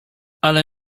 ale